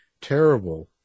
terrible